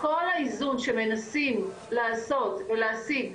כל האיזון שמנסים לעשות ולהשיג,